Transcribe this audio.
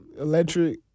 electric